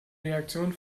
reaktion